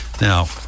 Now